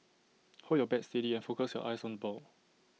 hold your bat steady and focus your eyes on ball